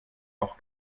auch